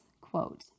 quote